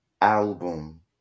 album